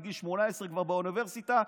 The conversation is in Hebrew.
בגיל 18 כבר באוניברסיטה,